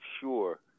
sure